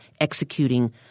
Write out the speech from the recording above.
executing